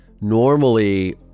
normally